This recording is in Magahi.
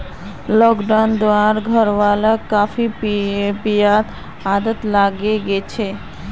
लॉकडाउनेर दौरान घरवालाक कॉफी पीबार आदत लागे गेल छेक